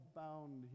bound